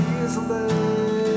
easily